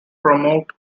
promote